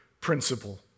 principle